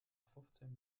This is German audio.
fünfzehn